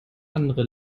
andere